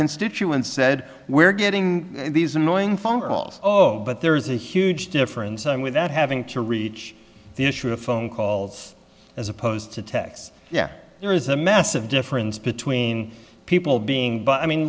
constituents said we're getting these annoying phone calls oh but there's a huge difference i'm without having to reach the issue of phone calls as opposed to text yeah there is a massive difference between people being but i mean